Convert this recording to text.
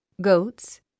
goats